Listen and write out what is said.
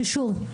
שוב,